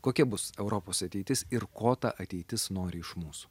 kokia bus europos ateitis ir ko ta ateitis nori iš mūsų